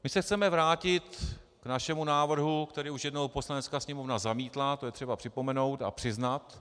My se chceme vrátit k našemu návrhu, který už jednou Poslanecká sněmovna zamítla, to je třeba připomenout a přiznat.